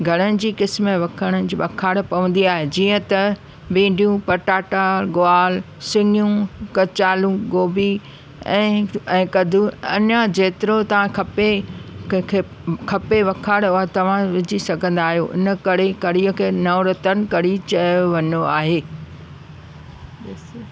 घणनि जी क़िस्मनि जी वखाण पवंदी आहे जीअं त भींडियूं पटाटा ग्वार सिङियूं कचालू गोभी ऐं कदू अञां जेतिरो तव्हां खपे खपे वखाण तव्हां विझी सघंदा आहियो हिन करे कढ़ीअ खे नवरत्न कढ़ी चयो वेंदो आहे